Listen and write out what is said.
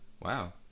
Wow